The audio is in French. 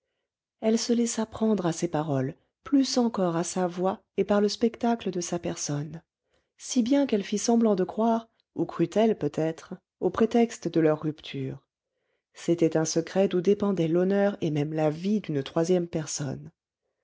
elle se laissa prendre à ses paroles plus encore à sa voix et par le spectacle de sa personne si bien qu'elle fit semblant de croire ou crut elle peut-être au prétexte de leur rupture c'était un secret d'où dépendaient l'honneur et même la vie d'une troisième personne